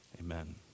amen